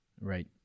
Right